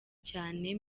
cyane